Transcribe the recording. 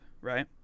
right